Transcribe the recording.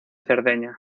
cerdeña